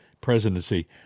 presidency